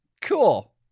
cool